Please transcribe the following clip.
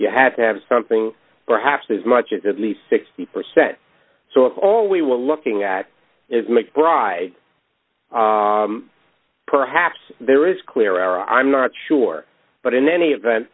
you had to have something perhaps as much as at least sixty percent so if all we were looking at is mcbride perhaps there is clear i'm not sure but in any event